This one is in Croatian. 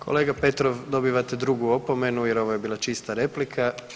Kolega Petrov dobivate drugu opomenu jer ovo je bila čista replika.